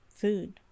Food